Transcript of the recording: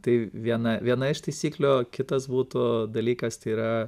tai viena viena iš taisyklių kitas būtų dalykas tai yra